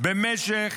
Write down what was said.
במשך